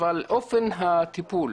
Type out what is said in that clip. אבל אופן הטיפול